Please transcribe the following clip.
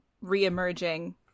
re-emerging